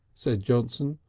said johnson,